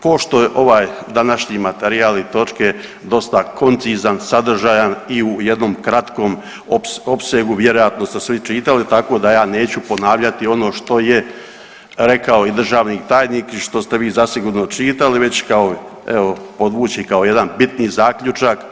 Pošto je ovaj današnji materijal i točke dosta koncizan, sadržajan i u jednom kratkom opsegu vjerojatno ste svi čitali tako da ja neću ponavljati ono što je rekao i državni tajnik i što ste vi zasigurno čitali već kao evo, podvući kao jedan bitni zaključak.